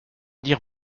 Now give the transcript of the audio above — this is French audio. dire